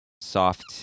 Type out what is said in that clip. soft